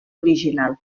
original